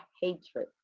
hatred